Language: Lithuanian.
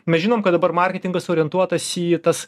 mes žinom kad dabar marketingas orientuotas į tas